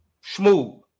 smooth